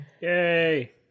Yay